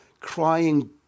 crying